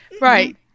right